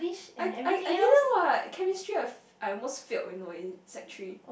I I I didn't what chemistry I f~ I almost failed you know in sec three